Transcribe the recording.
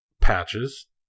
patches